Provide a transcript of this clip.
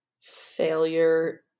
failure